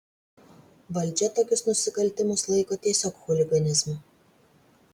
valdžia tokius nusikaltimus laiko tiesiog chuliganizmu